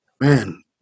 man